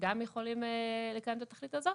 שגם יכולים לקיים את התכלית הזו.